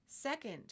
Second